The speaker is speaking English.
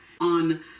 on